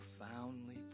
profoundly